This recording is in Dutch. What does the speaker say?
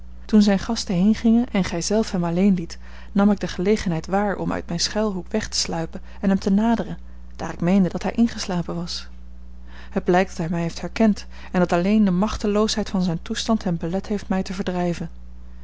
toen zijne gasten heengingen en gij zelf hem alleen liet nam ik de gelegenheid waar om uit mijn schuilhoek weg te sluipen en hem te naderen daar ik meende dat hij ingeslapen was het blijkt dat hij mij heeft herkend en dat alleen de machteloosheid van zijn toestand hem belet heeft mij te verdrijven